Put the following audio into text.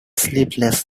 sleepless